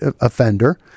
offender